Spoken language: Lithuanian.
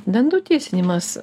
dantų tiesinimas